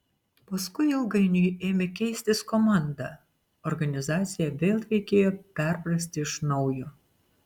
paskui ilgainiui ėmė keistis komanda organizaciją vėl reikėjo perprasti iš naujo